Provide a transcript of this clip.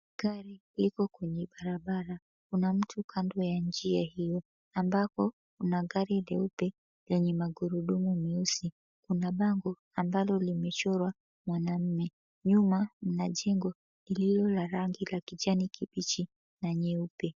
Gari liko kwenye barabara. Kuna mtu kando ya njia hiyo ambako kuna gari leupe lenye magurudumu meusi. Kuna bango ambalo limechorwa mwanaume. Nyuma mna jengo lililo la rangi la kijani kibichi na nyeupe.